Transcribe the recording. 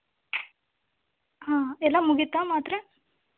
ಹಾಂ ಎಲ್ಲ ಮುಗೀತಾ ಮಾತ್ರೆ